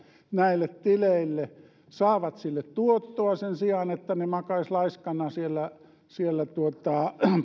näille tileille ja saavat sille tuottoa sen sijaan että ne makaisivat laiskana siellä siellä